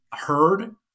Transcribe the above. heard